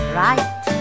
right